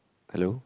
hello